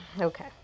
okay